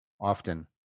Often